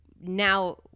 now